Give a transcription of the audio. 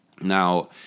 Now